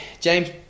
James